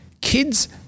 kids